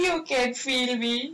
I also can feel me